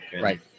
Right